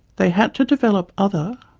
they had to develop other,